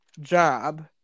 job